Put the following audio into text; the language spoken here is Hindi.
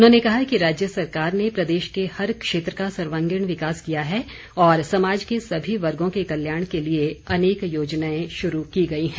उन्होंने कहा कि राज्य सरकार ने प्रदेश के हर क्षेत्र का सर्वागिण विकास किया है और समाज के सभी वर्गों के कल्याण के लिए अनेक योजनाएं शुरू की गई है